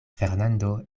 fernando